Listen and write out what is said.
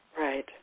Right